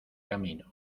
camino